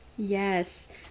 yes